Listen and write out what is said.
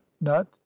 nut